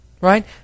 Right